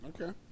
Okay